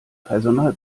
personal